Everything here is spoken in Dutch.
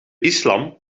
islam